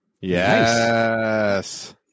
Yes